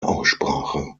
aussprache